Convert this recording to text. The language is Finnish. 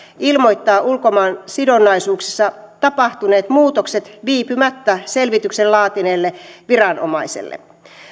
ilmoittaa ulkomaansidonnaisuuksissa tapahtuneet muutokset viipymättä selvityksen laatineelle viranomaiselle